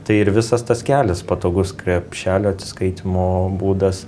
tai ir visas tas kelias patogus krepšelio atsiskaitymo būdas